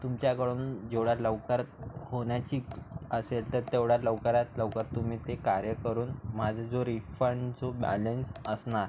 तुमच्याकडून जेवढं लवकर होण्याची असेल तर तेवढं लवकरात लवकर तुम्ही ते कार्य करून माझा जो रिफण जो बॅलन्स असणार